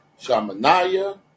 Shamanaya